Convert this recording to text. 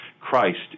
Christ